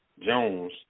Jones